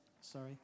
sorry